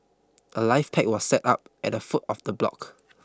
a life pack was set up at the foot of the block